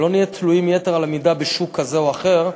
שלא נהיה תלויים יתר על המידה בשוק כזה או אחר.